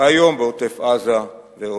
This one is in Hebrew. והיום בעוטף-עזה, ועוד.